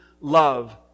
love